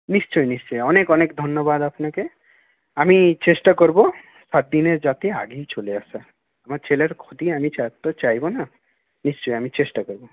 নিশ্চয়ই নিশ্চয়ই অনেক অনেক ধন্যবাদ আপনাকে আমি চেষ্টা করবো সাতদিনের যাতে আগেই চলে আসা আমার ছেলের ক্ষতি আমি তো চাইবো না নিশ্চয়ই আমি চেষ্টা করবো